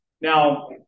now